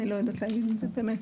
אני לא יודעת להגיד את זה באמת.